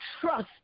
trust